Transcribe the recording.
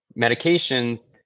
medications